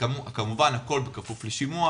כמובן הכול בכפוף לשימוע,